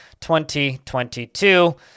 2022